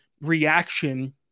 reaction